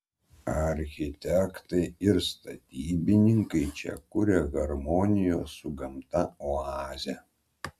architektai ir statybininkai čia kuria harmonijos su gamta oazę